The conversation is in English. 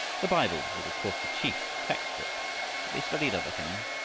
the bible was, of course, the chief textbook, but they studied other things,